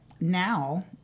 now